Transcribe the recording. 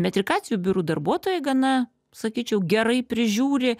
metrikacijų biurų darbuotojai gana sakyčiau gerai prižiūri